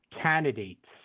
candidates